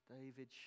David